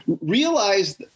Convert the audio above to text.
realize